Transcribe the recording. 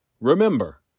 Remember